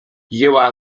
jęła